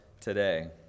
today